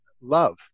love